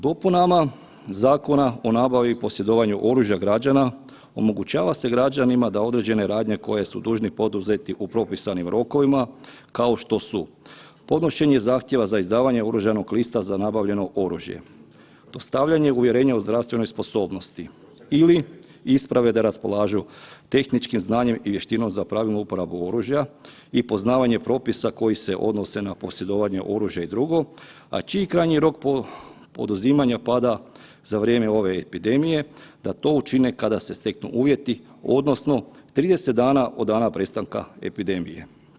Dopunama Zakona o nabavi i posjedovanja oružja građana omogućava se građanima da određene radnje koje su dužni poduzeti u propisanim rokovima kao što su podnošenje zahtjeva za izdavanje oružanog lista za nabavljeno oružje, dostavljanje uvjerenja o zdravstvenoj sposobnosti ili isprave da raspolažu tehničkim znanjem i vještinom za pravilnu uporabu oružja i poznavanje propisa koji se odnose na posjedovanje oružja i drugo, a čiji krajnji rok poduzimanja pada za vrijeme ove epidemije da to učine kada se steknu uvjeti odnosno 30 dana od dana prestanka epidemije.